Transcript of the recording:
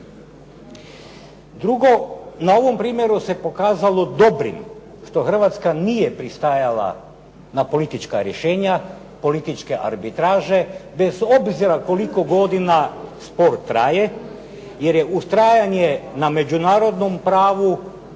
Drugo, na ovom primjeru se pokazalo dobrim što Hrvatska nije pristajala na politička rješenja, političke arbitraže bez obzira koliko godina spor traje jer je uz trajanje na međunarodnom pravu,